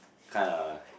kinda